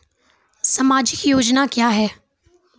समाजिक योजना क्या हैं?